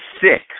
sick